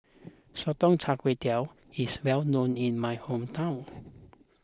Sotong Char Kway is well known in my hometown